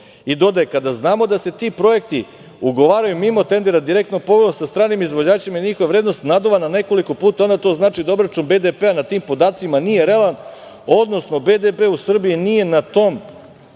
i dodaje, kada znamo da se ti projekti ugovaraju mimo tendera, direktno povod sa stranim izvođačima, njihova vrednost naduvana nekoliko puta, onda to znači da obračun BDP-a na tim podacima nije realan, odnosno BDP u Srbiji nije na tom nivou